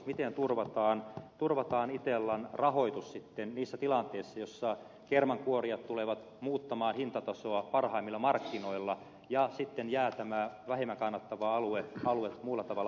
miten turvataan itellan rahoitus sitten niissä tilanteissa joissa kermankuorijat tulevat muuttamaan hintatasoa parhaimmilla markkinoilla ja sitten jää tämä vähemmän kannattava alue muulla tavalla hoidettavaksi